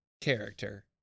character